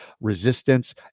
resistance